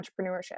entrepreneurship